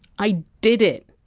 i did it!